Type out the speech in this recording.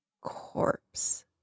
corpse